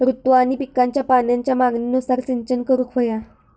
ऋतू आणि पिकांच्या पाण्याच्या मागणीनुसार सिंचन करूक व्हया